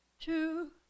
two